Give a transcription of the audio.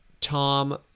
Tom